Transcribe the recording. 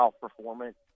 performance